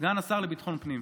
סגן השר לביטחון פנים.